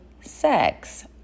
sex